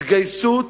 התגייסות